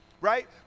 Right